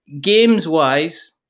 Games-wise